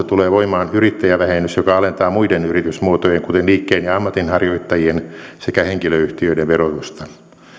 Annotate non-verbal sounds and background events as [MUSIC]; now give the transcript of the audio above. [UNINTELLIGIBLE] tulee voimaan yrittäjävähennys joka alentaa muiden yritysmuotojen kuten liikkeen ja ammatinharjoittajien sekä henkilöyhtiöiden verotusta